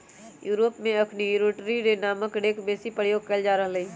Europe में अखनि rotary रे नामके हे रेक बेशी प्रयोग कएल जा रहल हइ